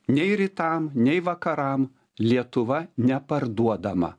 nei rytam nei vakaram lietuva neparduodama